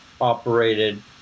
operated